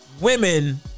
women